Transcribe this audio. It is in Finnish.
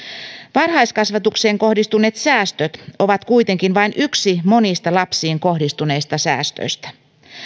varhaiskasvatukseen kohdistuneet säästöt ovat kuitenkin vain yksi monista lapsiin kohdistuneista säästöistä